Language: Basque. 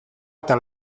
eta